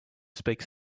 speak